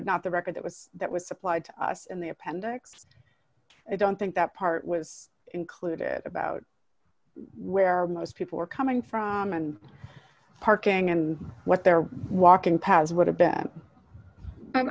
but not the record that was that was supplied to us in the appendix i don't think that part was included about where most people were coming from and parking and what they're walking past w